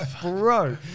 bro